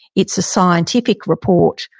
it's a scientific report.